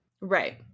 Right